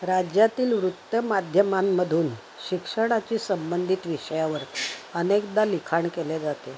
राज्यातील वृत्त्यमाध्यमांमधून शिक्षणाची संबंधित विषयावरती अनेकदा लिखाण केले जाते